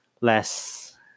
less